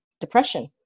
depression